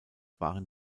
waren